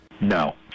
No